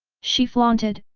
she flaunted,